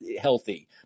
healthy